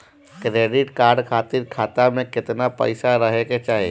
Credit card खातिर खाता में केतना पइसा रहे के चाही?